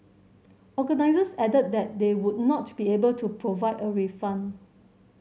organisers added that they would not be able to provide a refund